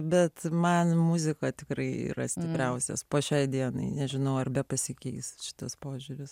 bet man muzika tikrai yra stipriausias po šiai dienai nežinau ar pasikeis šitas požiūris